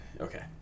Okay